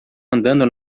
andando